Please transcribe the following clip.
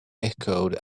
echoed